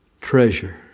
treasure